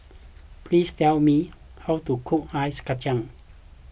please tell me how to cook Ice Kachang